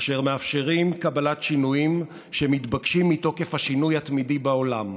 אשר מאפשר קבלת שינויים שמתבקשים מתוקף השינוי התמידי בעולם.